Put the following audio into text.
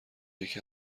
یکی